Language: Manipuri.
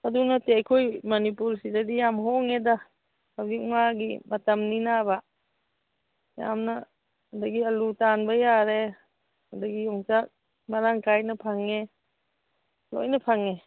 ꯑꯗꯨ ꯅꯠꯇꯦ ꯑꯩꯈꯣꯏ ꯃꯅꯤꯄꯨꯔꯁꯤꯗꯗꯤ ꯌꯥꯝ ꯍꯣꯡꯉꯦꯗ ꯍꯧꯖꯤꯛ ꯃꯥꯒꯤ ꯃꯇꯝꯅꯤꯅꯕ ꯌꯥꯝꯅ ꯑꯗꯒꯤ ꯑꯂꯨ ꯇꯥꯟꯕ ꯌꯥꯔꯦ ꯑꯗꯒꯤ ꯌꯣꯡꯆꯥꯛ ꯃꯔꯥꯡ ꯀꯥꯏꯅ ꯐꯪꯉꯦ ꯂꯣꯏꯅ ꯐꯪꯉꯦ